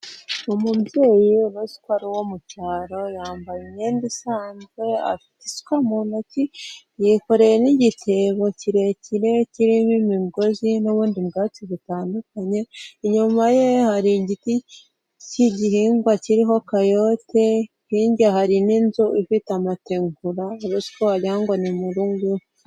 Umubyeyi uruzi ko ari uwo mu cyaro, yambaye imyenda isanzwe, afite isuka mu ntoki, yikoreye n'igitebo kirekire kirimo imigozi n'ubundi bwatsi butandukanye, inyuma ye hari igiti cy'igihingwa kiriho kayote, hirya hari n'inzu ifite amategura, uruzi ko wagira ngo ni mu rugo iwe.